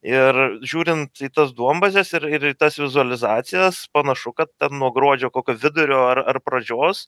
ir žiūrint į tas duombazes ir ir tas vizualizacijas panašu kad ten nuo gruodžio vidurio ar ar pradžios